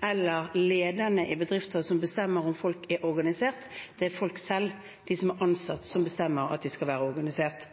eller lederne i bedrifter som bestemmer om folk er organisert, det er folk selv, de som er ansatt, som bestemmer om de skal være organisert.